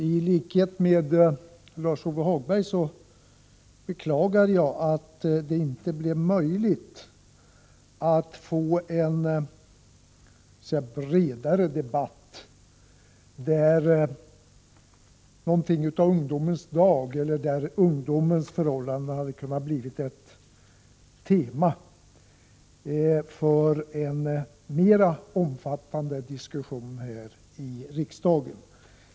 I likhet med Lars-Ove Hagberg beklagar jag att det inte blev möjligt att få till stånd en bredare debatt, någonting av en ungdomens dag, där ungdomens förhållanden hade kunnat bli ett tema för en mera omfattande diskussion här i riksdagen.